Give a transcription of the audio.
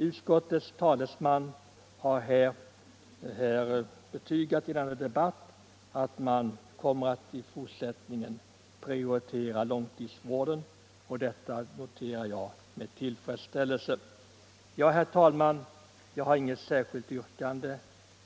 Utskottets talesman har i denna debatt betygat att man i fortsättningen kommer att prioritera långtidsvården. Detta noterar jag med tillfredsställelse. Herr talman! Jag har inget särskilt yrkande,